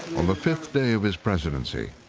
on the fifth day of his presidency,